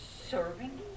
Serving